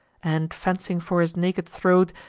and, fencing for his naked throat,